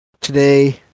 today